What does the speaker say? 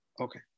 Okay